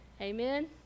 Amen